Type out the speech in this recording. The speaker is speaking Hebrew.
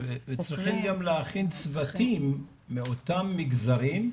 וצריכים גם להכין צוותים מאותם מגזרים.